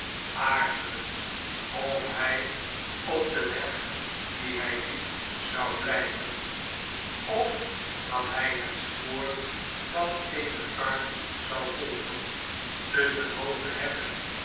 aarzelend of hij op den weg dien hij liep zou blgven of dat hy het spoor van eene kar zou volgen tusschen hooge heggen